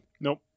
Nope